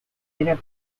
era